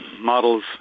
models